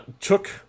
took